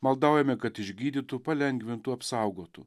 maldaujame kad išgydytų palengvintų apsaugotų